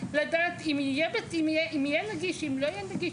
לדעת אם יהיה נגיש אם לא יהיה נגיש,